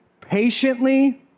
patiently